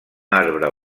arbre